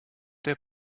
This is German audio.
der